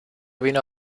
vino